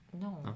No